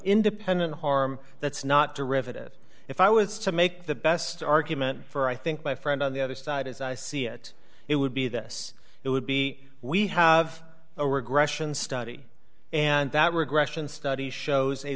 independent harm that's not to rivet it if i was to make the best argument for i think my friend on the other side as i see it it would be this it would be we have a regression study and that regression study shows